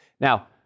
Now